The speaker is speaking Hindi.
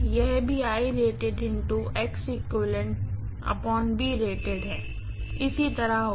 यह भी इसी तरह होगा